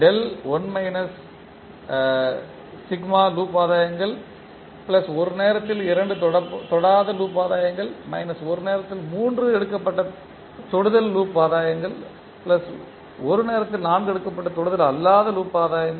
1 ஆதாயங்கள் ஒரு நேரத்தில் இரண்டு தொடாத ஆதாயங்கள் ஒரு நேரத்தில் மூன்று எடுக்கப்பட்ட தொடுதல் ஆதாயங்கள் ஒரு நேரத்தில் நான்கு எடுக்கப்பட்ட தொடுதல் அல்லாத ஆதாயங்கள்